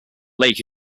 lake